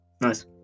Nice